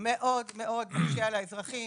מאוד מאוד מקשה על האזרחים,